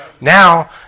Now